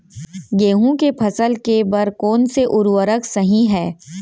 गेहूँ के फसल के बर कोन से उर्वरक सही है?